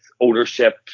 ownership